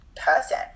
person